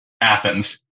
Athens